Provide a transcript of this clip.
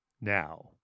now